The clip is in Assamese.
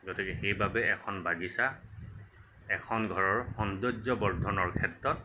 গতিকে সেইবাবে এখন বাগিচা এখন ঘৰৰ সৌন্দৰ্য বৰ্ধনৰ ক্ষেত্ৰত